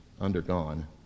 undergone